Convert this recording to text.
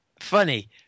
funny